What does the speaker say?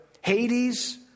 Hades